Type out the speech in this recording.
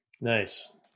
Nice